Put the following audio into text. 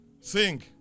Sing